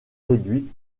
réduites